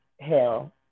hell